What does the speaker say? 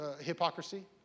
hypocrisy